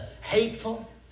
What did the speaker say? hateful